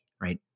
right